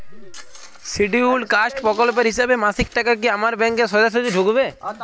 Scheduled caste প্রকল্পের হিসেবে মাসিক টাকা কি আমার ব্যাংকে সোজাসুজি ঢুকবে?